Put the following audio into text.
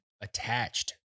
attached